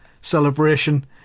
celebration